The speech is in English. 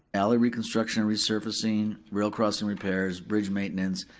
alley reconstructing and resurfacing, rail crossing repairs, bridge maintenance,